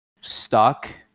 stuck